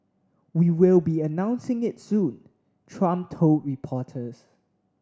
we will be announcing it soon Trump told reporters